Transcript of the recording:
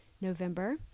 November